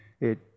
it